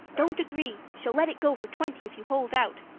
don't agree she'll let it go for twenty if you hold out.